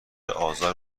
آزار